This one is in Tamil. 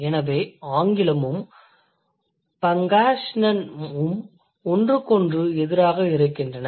எனவே ஆங்கிலமும் Pangasinanஉம் ஒன்றுக்கொன்று எதிராக இருக்கின்றன